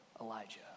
Elijah